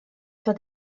für